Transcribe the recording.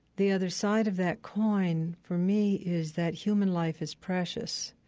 the other side of that coin, for me, is that human life is precious.